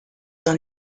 dans